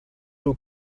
two